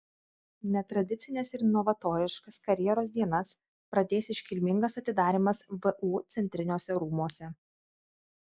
netradicines ir novatoriškas karjeros dienas pradės iškilmingas atidarymas vu centriniuose rūmuose